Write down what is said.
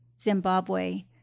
Zimbabwe